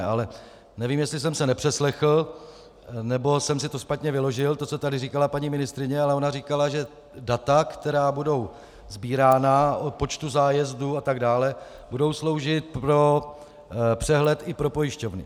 Ale nevím, jestli jsem se nepřeslechl nebo jsem si špatně vyložil to, co tady říkala paní ministryně, ale ona říkala, že data, která budou sbírána o počtu zájezdů atd., budou sloužit pro přehled i pro pojišťovny.